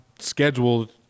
scheduled